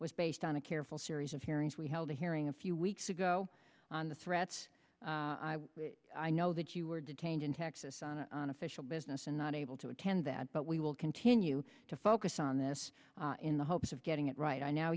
was based on a careful series of hearings we held a hearing a few weeks ago on the threats i know that you were detained in texas on official business and not able to attend that but we will continue to focus on this in the hopes of getting it right i now